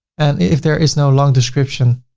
and if there is no long description,